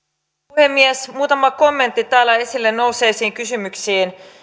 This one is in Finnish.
puhemies muutama kommentti täällä esille nousseisiin kysymyksiin